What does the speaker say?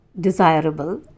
desirable